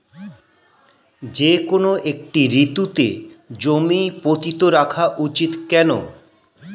যেকোনো একটি ঋতুতে জমি পতিত রাখা উচিৎ কেন?